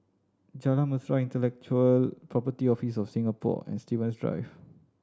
Jalan Mesra Intellectual Property Office of Singapore and Stevens Drive